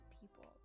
people